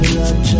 love